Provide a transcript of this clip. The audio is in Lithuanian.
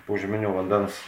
požeminio vandens